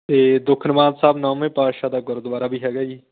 ਅਤੇ ਦੁਖਨਿਵਾਰਨ ਸਾਹਿਬ ਨੌਵੇਂ ਪਾਤਸ਼ਾਹ ਦਾ ਗੁਰਦੁਆਰਾ ਵੀ ਹੈਗਾ ਜੀ